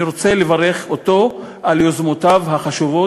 אני רוצה לברך אותו על יוזמותיו החשובות,